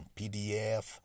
PDF